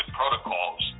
protocols